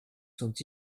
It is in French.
sont